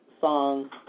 song